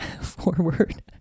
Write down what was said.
forward